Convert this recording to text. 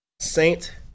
saint